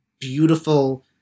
beautiful